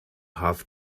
half